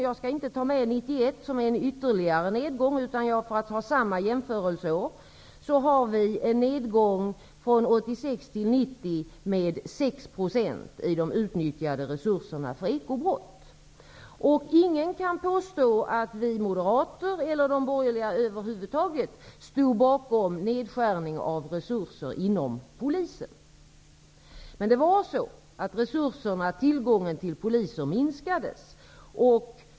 Jag skall inte ta med 1991, då det skedde en ytterligare nedgång, utan jag skall ha samma jämförelseår. Där har vi en nedgång från 1986--1990 med 6 % i de utnyttjade resurserna för ekobrott. Ingen kan påstå att Moderaterna, eller de borgerliga över huvud taget, stod bakom nedskärning av resurser inom polisen, men resurserna och tillgången till poliser minskades.